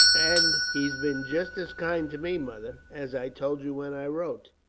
and he's been just as kind to me, mother. as i told you when i wrote,